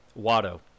Watto